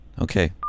Okay